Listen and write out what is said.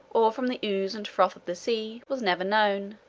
or from the ooze and froth of the sea, was never known